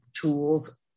tools